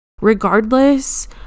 Regardless